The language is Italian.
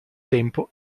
tempo